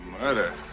murder